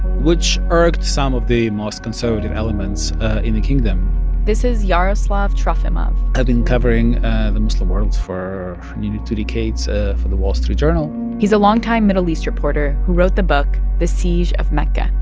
which irked some of the most conservative elements in the kingdom this is yaroslav trofimov i've been covering the muslim world for for nearly two decades for the wall street journal he's a longtime middle east reporter who wrote the book the siege of mecca.